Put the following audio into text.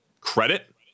credit